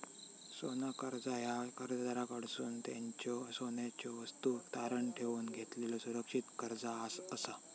सोना कर्जा ह्या कर्जदाराकडसून त्यांच्यो सोन्याच्यो वस्तू तारण ठेवून घेतलेलो सुरक्षित कर्जा असा